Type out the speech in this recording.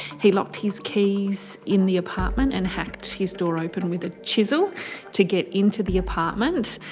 he locked his keys in the apartment and hacked his door open with a chisel to get into the apartment.